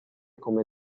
come